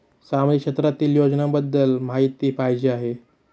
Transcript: सामाजिक क्षेत्रातील योजनाबद्दल माहिती पाहिजे आहे?